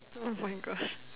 !oh-my-gosh!